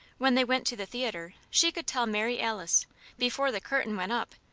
when they went to the theatre, she could tell mary alice before the curtain went up,